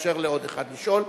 נאפשר לעוד אחד לשאול,